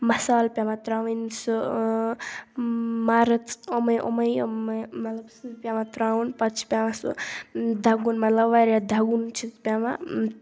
مسالہٕ پیٚوان ترٛاوٕنۍ سُہ مَرٕژ یِمے یِمے یِمے مطلب سُہ پیٚوان ترٛاوُن پَتہٕ چھُ پیٚوان سُہ دَگُن مطلب وایاہ دَگُن چھُ پیٚوان